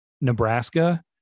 Nebraska